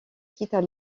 quittent